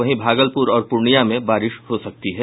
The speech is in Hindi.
वहीं भागलपुर और पूर्णिया में बारिश हो सकती है